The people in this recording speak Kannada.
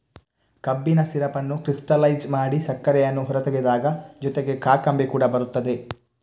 ಕಬ್ಬಿನ ಸಿರಪ್ ಅನ್ನು ಕ್ರಿಸ್ಟಲೈಜ್ ಮಾಡಿ ಸಕ್ಕರೆಯನ್ನು ಹೊರತೆಗೆದಾಗ ಜೊತೆಗೆ ಕಾಕಂಬಿ ಕೂಡ ಬರುತ್ತದೆ